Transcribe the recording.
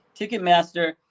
Ticketmaster